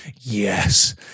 Yes